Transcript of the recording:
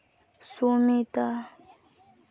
Sunita